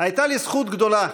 הייתה לי זכות גדולה,